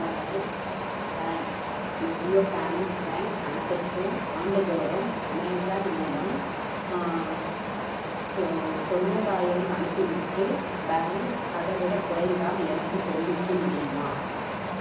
mobiles bank Jio payments bank கணக்குக்கு ஆண்டு தோறும் அமேஸான் மூலம் தொ தொண்ணூறாயிரம் அனுப்பிவிட்டு பேலன்ஸ் அதை விட குறைந்தால் எனக்கு தெரிவிக்க முடியுமா